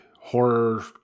horror